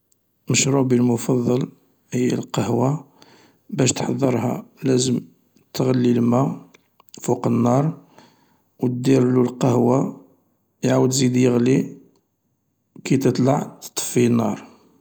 مشروبي المفضل هي القهوة، باش تحضرها لازم تغلي الماء فوق النار، و تديرلو القهوة يعاود يزيد يغلي، كي تطلع تطفي النار.